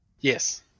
Yes